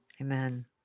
Amen